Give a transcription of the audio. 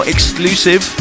Exclusive